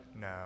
No